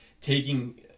taking